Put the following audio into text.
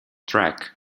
track